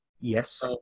Yes